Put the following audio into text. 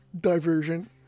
diversion